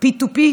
P&P